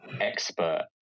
expert